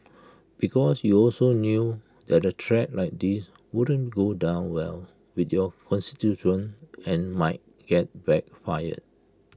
because you also knew that A threat like this wouldn't go down well with your constituents and might get black fire